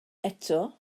eto